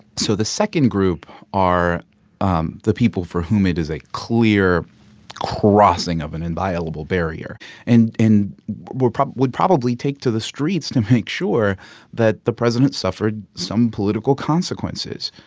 so the second group are um the people for whom it is a clear crossing of an inviolable barrier and would probably would probably take to the streets to make sure that the president suffered some political consequences.